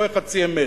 רואה חצי אמת.